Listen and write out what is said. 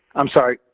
i'm sorry,